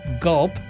Gulp